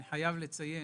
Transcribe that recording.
אני חייב לציין,